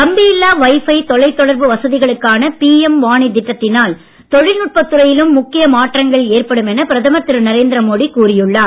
கம்பியில்லா wifi தொலைதொடர்பு வசதிகளுக்கான PM Wani திட்டத்தினால் தொழில்நுட்பத் துறையிலும் முக்கிய மாற்றங்கள் ஏற்படும் என பிரதமர் திரு நரேந்திர மோடி கூறி உள்ளார்